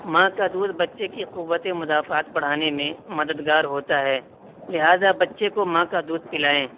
ماں کا دودھ بچے کی قوتِ مدافعت بڑھانے میں مددگار ہوتا ہے لہٰذا بچے کو ماں کا دودھ پلائیں